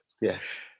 yes